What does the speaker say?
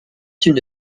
une